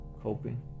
coping